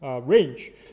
range